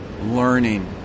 learning